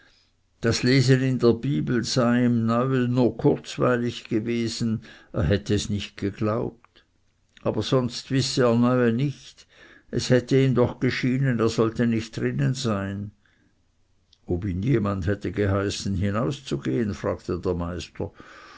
das lese in der bibel sei ihm neue no kurzweilig gewesen er hätte es nicht geglaubt aber sonst wisse er neue nicht es hätte ihm doch geschienen er sollte nicht drinnen sein ob ihn jemand hätte hinausgehen heißen fragte der meister